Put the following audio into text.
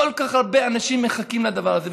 כל כך הרבה אנשים מחכים לדבר הזה,